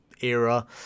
era